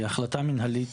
שהחלטה מנהלית,